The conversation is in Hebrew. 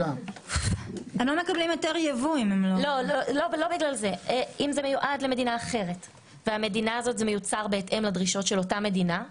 אם זה מיועד למדינה אחר וזה מיוצר בהתאם לדרישות של אותה מדינה,